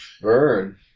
burn